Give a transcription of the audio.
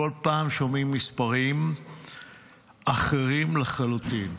בכל פעם שומעים מספרים אחרים לחלוטין.